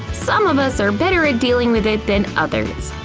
some of us are better at dealing with it than others.